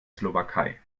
slowakei